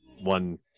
one